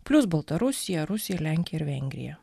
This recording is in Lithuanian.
plius baltarusija rusija lenkija ir vengrija